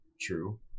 true